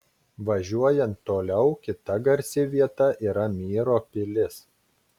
važiuojant toliau kita garsi vieta yra myro pilis